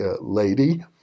lady